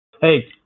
Hey